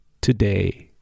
today